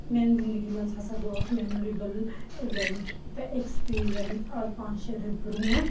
میٛانہِ زندگی منٛز ہسا گوٚو اکھ میموریبٕل اِوینٹ تہٕ ایٚکسپیٖرینٕس آز پانٛژھ شےٚ رٮ۪تھ برونٛٹھ